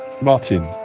Martin